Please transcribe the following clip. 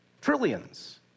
Trillions